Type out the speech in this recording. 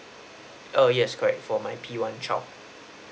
err yes correct for my P one child